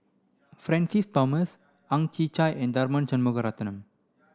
Francis Thomas Ang Chwee Chai and Tharman Shanmugaratnam